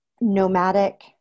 nomadic